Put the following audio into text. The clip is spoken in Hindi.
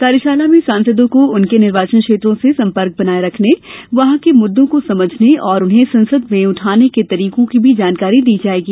कार्यशाला में सांसदों को उनके निर्वाचन क्षेत्रों से संपर्क बनाए रखने वहां के मुद्दों को समझने और उन्हें संसद में उठाने के तरीकों की भी जानकारी दी जाएगी